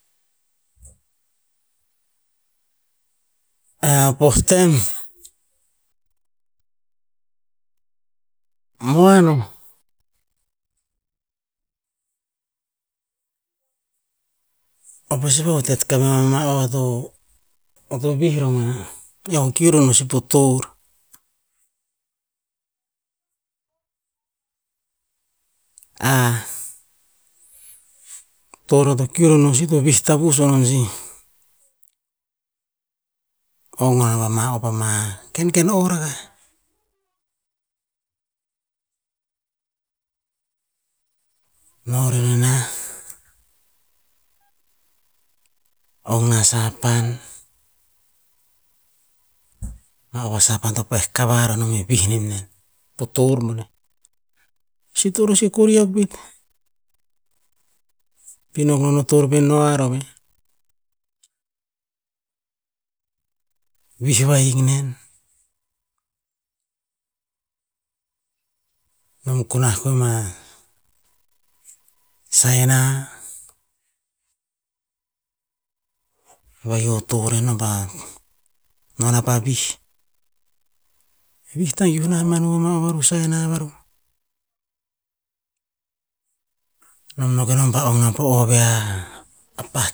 poh tem, moan o, ea pasi va'utet kam ma ama to, o to vih romana, eo kiu ror si po tor. toro to kiu ror no si to vih tavus onon sih, ong ama op pa mah o, ama ken ken o rakah. Noh no rena nah ong na sapan, a va sapan to pa'eh kavar o enom eh vih nim ne, po tor mone, sih toro sih kori a bet, pino gono o tor pe noah a roh veh. Vih vahik nen, nom gunah kuema saina, vahio torr enom ba nonah pah vih. Vih tangiuh nah ma noma varuh saina varuh. Nom no kenom pa ong nah po ovia apah